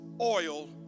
oil